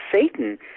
Satan